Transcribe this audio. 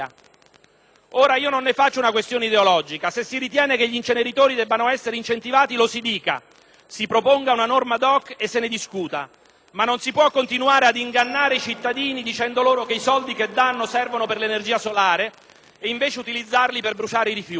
Ora, non ne faccio una questione ideologica: se si ritiene che gli inceneritori debbano essere incentivati, lo si dica, si proponga una norma *ad hoc* e se ne discuta; non si può, però, continuare ad ingannare i cittadini, dicendo loro che i soldi che danno servono per l'energia solare, utilizzandoli invece per bruciare i rifiuti.